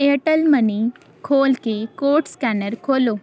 Airtel money ਖੋਲ੍ਹ ਕੇ code scanner ਖੋਲ੍ਹੋ